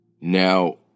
Now